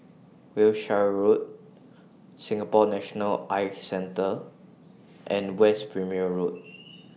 Wiltshire Road Singapore National Eye Centre and West Perimeter Road